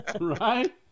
Right